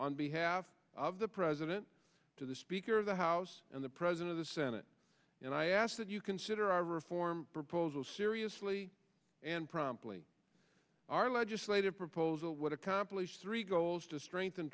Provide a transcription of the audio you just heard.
on behalf of the president to the speaker of the house and the president of the senate and i ask that you consider our reform proposal seriously and promptly our legislative proposal would accomplish three goals to strengthen